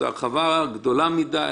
זו הרחבה גדולה מדי,